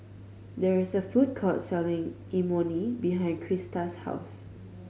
there is a food court selling Imoni behind Crysta's house